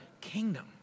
kingdom